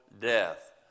death